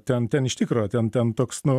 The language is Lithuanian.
ten ten iš tikro ten ten toks nu